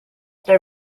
their